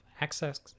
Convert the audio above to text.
access